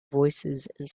voicesand